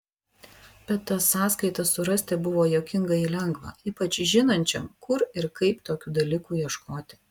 bet tas sąskaitas surasti buvo juokingai lengva ypač žinančiam kur ir kaip tokių dalykų ieškoti